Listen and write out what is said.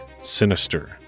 sinister